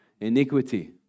Iniquity